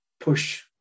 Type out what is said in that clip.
push